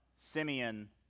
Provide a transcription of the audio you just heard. Simeon